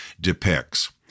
depicts